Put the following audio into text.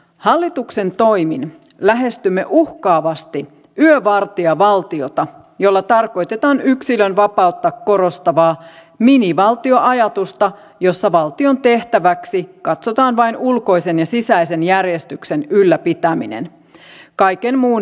hallituksen toimin lähestymme uhkaavasti yövartijavaltiota jolla tarkoitetaan yksilönvapautta korostavaa minivaltioajatusta jossa valtion tehtäväksi katsotaan vain ulkoisen ja sisäisen järjestyksen ylläpitäminen kaiken muun hoitaisivat markkinat